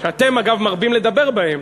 שאתם, אגב, מרבים לדבר בהם,